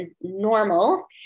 normal